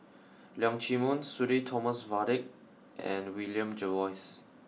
Leong Chee Mun Sudhir Thomas Vadaketh and William Jervois